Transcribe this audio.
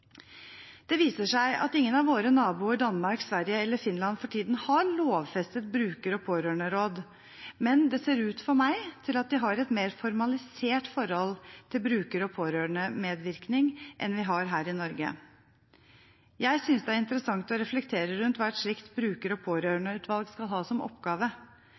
Det viser seg at ingen av våre naboer Danmark, Sverige eller Finland for tiden har lovfestet bruker- og pårørenderåd, men det ser ut for meg at de har et mer formalisert forhold til bruker- og pårørendemedvirkning enn vi har her i Norge. Jeg synes det er interessant å reflektere rundt hva et slikt bruker- og pårørendeutvalg skal ha som oppgave.